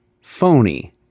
phony